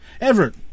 Everett